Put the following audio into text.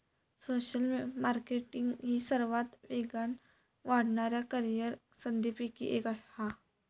social marketing ही सर्वात वेगान वाढणाऱ्या करीअर संधींपैकी एक हा